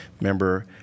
Member